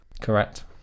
Correct